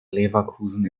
leverkusen